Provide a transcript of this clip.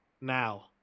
now